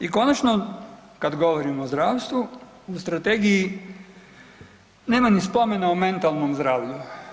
I konačno kad govorimo o zdravstvu u strategiji nema ni spomena o mentalnom zdravlju.